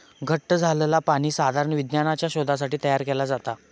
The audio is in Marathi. घट्ट झालंला पाणी साधारण विज्ञानाच्या शोधासाठी तयार केला जाता